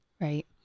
right